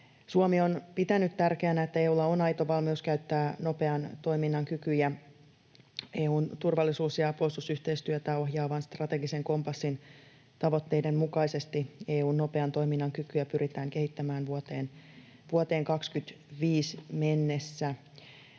Suomi on pitänyt tärkeänä, että EU:lla on aito valmius käyttää nopean toiminnan kykyjä. EU:n turvallisuus- ja puolustusyhteistyötä ohjaavan strategisen kompassin tavoitteiden mukaisesti EU:n nopean toiminnan kykyä pyritään kehittämään vuoteen 25 mennessä.